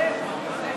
הייתה פרשת וישלח.